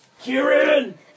Kieran